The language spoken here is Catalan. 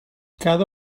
cada